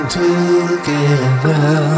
together